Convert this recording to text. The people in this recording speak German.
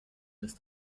ist